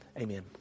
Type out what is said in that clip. Amen